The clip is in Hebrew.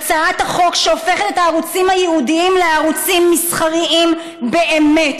הצעת החוק שהופכת את הערוצים הייעודיים לערוצים מסחריים באמת